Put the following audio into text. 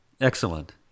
Excellent